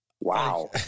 Wow